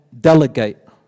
delegate